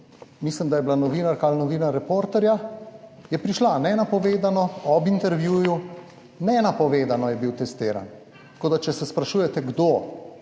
mislim, da je bila novinarka ali novinar Reporterja, je prišla nenapovedano ob intervjuju, nenapovedano je bil testiran. Tako da če se sprašujete, kdo